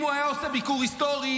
אם הוא היה עושה ביקור היסטורי,